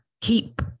keep